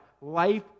life